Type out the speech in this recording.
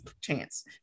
chance